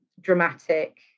dramatic